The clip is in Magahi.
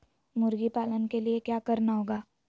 मुर्गी पालन के लिए क्या करना होगा?